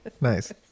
Nice